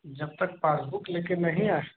जब तक पासबुक ले कर नहीं आएँ